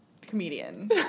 comedian